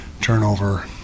turnover